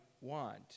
want